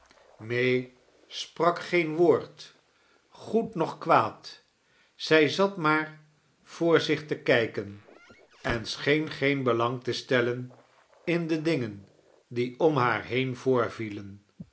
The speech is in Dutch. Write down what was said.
may sprak geen woord goed noch kwaad zij zat maar voor zich te kijken en scheen geen belang te stellen in de dingen die om haar heeai